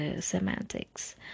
semantics